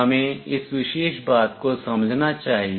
हमें इस विशेष बात को समझना चाहिए